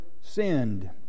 sinned